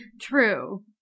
True